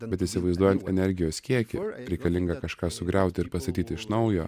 bet įsivaizduojant energijos kiekį reikalingą kažką sugriauti ir pastatyti iš naujo